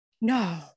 no